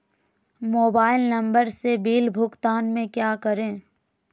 Mobile number से bill भुगतान में क्या करें?